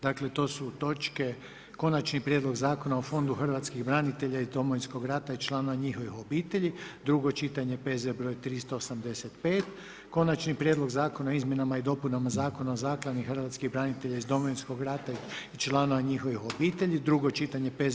Dakle, to su točke: - Konačni prijedlog zakona o fondu Hrvatskih branitelja iz Domovinskog rata i članova njihovih obitelji, drugo čitanje PZ br. 385; - Konačni prijedlog zakona o izmjenama i dopunama Zakona o Zakladi Hrvatskih branitelja iz Domovinskog rata i članova njihovih obitelji, drugo čitanje br.